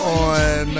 on